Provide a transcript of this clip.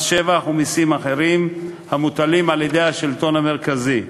מס שבח ומסים אחרים המוטלים על-ידי השלטון המרכזי,